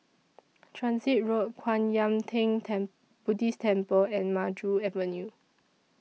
Transit Road Kwan Yam Theng ten Buddhist Temple and Maju Avenue